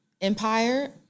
Empire